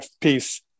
peace